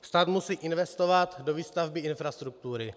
Stát musí investovat do výstavby infrastruktury.